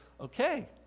okay